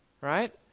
right